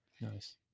Nice